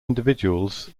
individuals